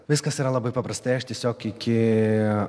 viskas yra labai paprastai aš tiesiog iki